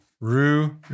Rue